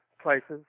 places